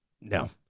no